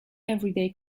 everyday